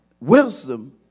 wisdom